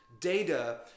data